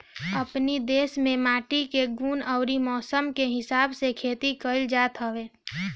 अपनी देस में माटी के गुण अउरी मौसम के हिसाब से खेती कइल जात हवे